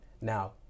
Now